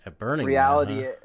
reality